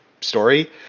story